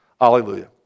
Hallelujah